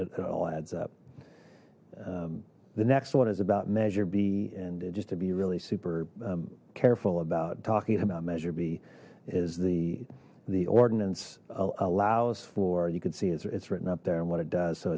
it all adds up the next one is about measure b and just to be really super careful about talking about measure b is the the ordinance allows for you can see it's written up there and what it does so